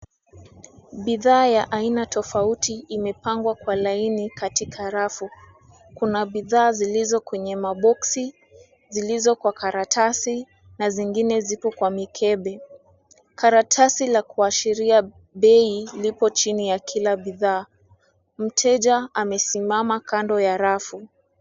Bidhaa ya aina tofauti imepangwa kwa laini katika rafu. Kuna bidhaa zilizo kwenye maboksi, zilizo kwa karatasi, na zingine zipo kwa mikebe. Karatasi la kuashiria bei, lipo chini ya kila bidhaa. Mteja amesimama kando ya rafu.